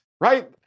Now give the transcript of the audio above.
right